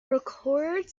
record